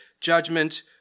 judgment